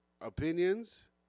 opinions